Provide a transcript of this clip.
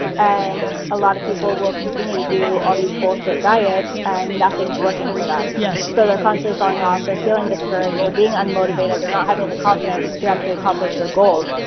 and a lot of people will continue to do all these bullshit diets and nothing's working for them. yes. so they're constantly falling off, they're feeling discouraged, they're being unmotivated, they're not having the confidence to actually accomplish their goals.